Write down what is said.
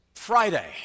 Friday